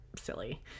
silly